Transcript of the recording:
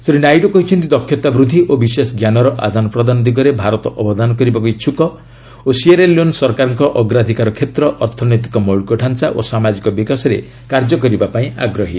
ଶ୍ରୀ ନାଇଡୁ କହିଛନ୍ତି ଦକ୍ଷତା ବୃଦ୍ଧି ଓ ବିଶେଷ ଜ୍ଞାନର ଆଦାନ ପ୍ରଦାନ ଦିଗରେ ଭାରତ ଅବଦାନ କରିବାକୁ ଇଚ୍ଛୁକ ଓ ସିଏରା ଲିଓନ୍ ସରକାରଙ୍କ ଅଗ୍ରାଧିକାର କ୍ଷେତ୍ର ଅର୍ଥନୈତିକ ମୌଳିକ ଢାଞ୍ଚା ଓ ସାମାଜିକ ବିକାଶରେ କାର୍ଯ୍ୟ କରିବାକୁ ଆଗ୍ରହୀ